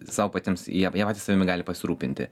sau patiems jie jie patys savimi gali pasirūpinti